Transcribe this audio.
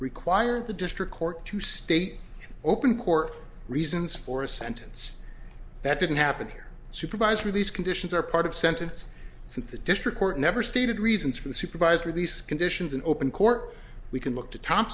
require the district court to state open court reasons for a sentence that didn't happen here supervised release conditions are part of sentence since the district court never stated reasons for the supervised release conditions an open court we can look to thom